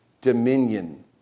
Dominion